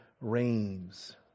reigns